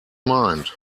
mind